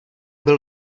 byl